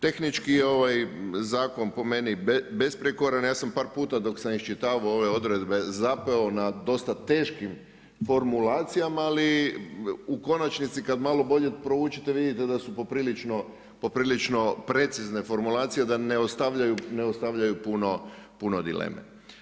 Tehnički je ovaj zakon po meni besprijekoran, ja sam par puta dok sam iščitavao ove odredbe zapeo na dosta teškim formulacijama ali u konačnici kad malo bolje proučite, vidite da su poprilično precizne formulacije, da ne ostavljaju puno dileme.